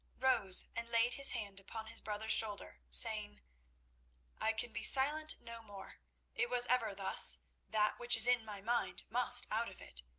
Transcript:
rose and laid his hand upon his brother's shoulder, saying i can be silent no more it was ever thus that which is in my mind must out of it.